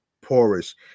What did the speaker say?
porous